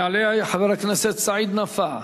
יעלה חבר הכנסת סעיד נפאע.